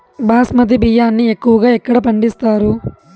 బాస్మతి బియ్యాన్ని ఎక్కువగా ఎక్కడ పండిస్తారు?